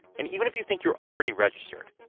and even if you think you're already registered,